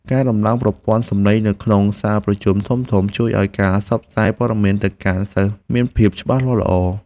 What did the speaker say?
ការដំឡើងប្រព័ន្ធសម្លេងនៅក្នុងសាលប្រជុំធំៗជួយឱ្យការផ្សព្វផ្សាយព័ត៌មានទៅកាន់សិស្សមានភាពច្បាស់លាស់ល្អ។